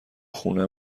خونه